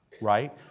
right